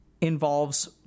involves